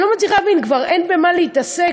אני לא מצליחה להבין, כבר אין במה להתעסק,